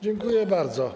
Dziękuję bardzo.